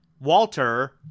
Walter